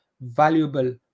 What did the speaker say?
valuable